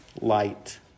light